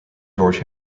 george